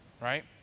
right